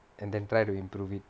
and then try to improve it